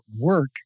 work